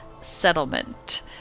Settlement